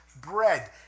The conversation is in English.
bread